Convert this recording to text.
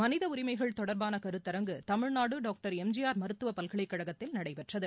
மனித உரிமைகள் தொடர்பான கருத்தரங்கு Tamil Nadu doctor M G R மருத்துவ பல்கலைக்கழகத்தில் நடைபெற்றது